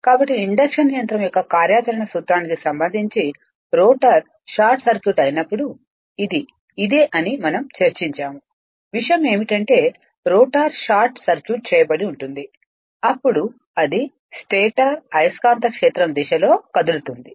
కాబట్టి ఇండక్షన్ యంత్రం యొక్క కార్యాచరణ సూత్రానికి సంబంధించి రోటర్ షార్ట్ సర్క్యూట్ అయినప్పుడు ఇది ఇదే అని మనం చర్చించాము విషయం ఏమిటంటే రోటర్ షార్ట్ సర్క్యూట్ చేయబడి ఉంటుంది అప్పుడు అది స్టేటర్ అయస్కాంత క్షేత్రం దిశలో కదులుతుంది